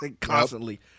constantly